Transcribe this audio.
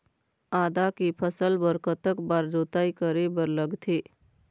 आदा के फसल बर कतक बार जोताई करे बर लगथे?